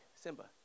Simba